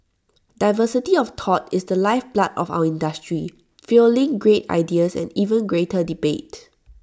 diversity of thought is the lifeblood of our industry fuelling great ideas and even greater debate